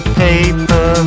paper